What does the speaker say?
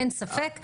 אין ספק.